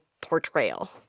portrayal